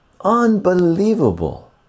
unbelievable